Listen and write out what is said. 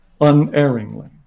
unerringly